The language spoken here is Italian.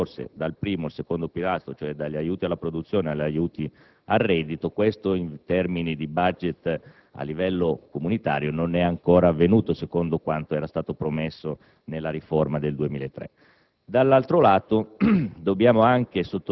Se si prevedeva un forte spostamento di risorse dal primo al secondo pilastro (cioè dagli aiuti alla produzione agli aiuti al reddito), questo, in termini di *budget* a livello comunitario, non è ancora avvenuto secondo quanto era stato promesso nella riforma del 2003.